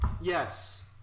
Yes